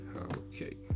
okay